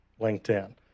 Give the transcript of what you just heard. LinkedIn